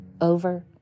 over